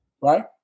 Right